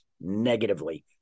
negatively